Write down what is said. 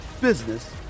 business